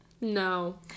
No